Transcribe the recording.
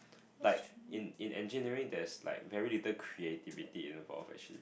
like in in engineering there's like very little creativity you know for affection